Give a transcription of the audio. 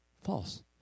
false